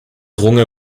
runge